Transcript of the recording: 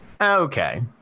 Okay